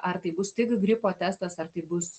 ar tai bus tik gripo testas ar taip bus